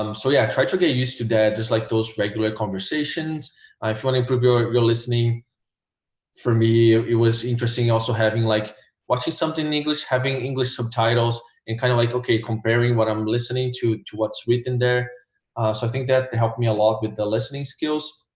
um so yeah i try to get used to that just like those regular conversations i'm fun improve your your listening for me it was interesting also having like watching something in english having english subtitles and kind of like okay comparing what i'm listening to to what's written there so i think that helped me a lot with the listening skills